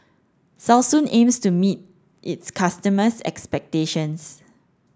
Selsun aims to meet its customers' expectations